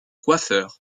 coiffeur